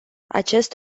acest